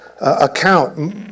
account